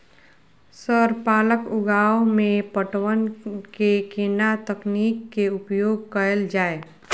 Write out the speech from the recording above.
Sir पालक उगाव में पटवन के केना तकनीक के उपयोग कैल जाए?